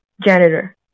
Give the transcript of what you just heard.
janitor